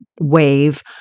wave